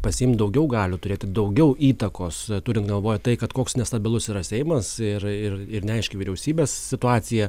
pasiimt daugiau galių turėti daugiau įtakos turint galvoj tai kad koks nestabilus yra seimas ir ir ir neaiški vyriausybės situacija